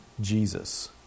Jesus